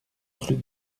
rue